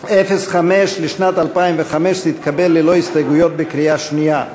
05 לשנת 2015 התקבל ללא הסתייגויות בקריאה שנייה.